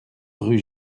rue